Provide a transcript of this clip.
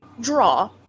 draw